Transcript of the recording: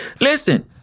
listen